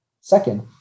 Second